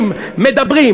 ואז, מ-ד-ב-רים.